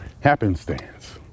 happenstance